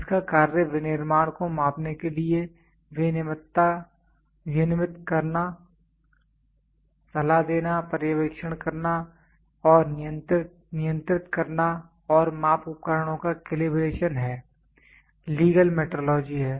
इसका कार्य विनिर्माण को मापने के लिए विनियमित करना सलाह देना पर्यवेक्षण करना और नियंत्रित करना और माप उपकरणों का कैलिब्रेशन है लीगल मेट्रोलॉजी है